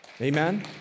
Amen